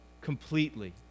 completely